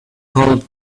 called